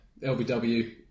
LBW